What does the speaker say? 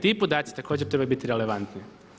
Ti podaci također trebaju biti relevantni.